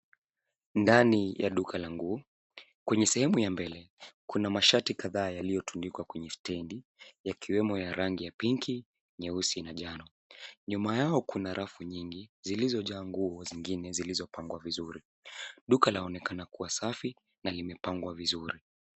Ndani ya duka la nguo, kwenye sehemu ya mbele, kuna mashati kadhaa yaliotundikwa kwenye stendi, yakiwemo ya rangi ya pinki, nyeusi na njano. Nyuma yao kuna rafu nyingi zilizojaa nguo zingine, zilizopangwa vizuri. Duka laonekana kuwa safi, na limepangwa vizuri.